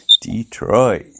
Detroit